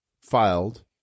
filed